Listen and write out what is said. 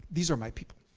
these are my people.